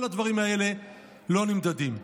כל הדברים האלה לא נמדדים.